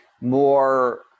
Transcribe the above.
more